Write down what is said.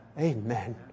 Amen